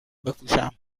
بپوشم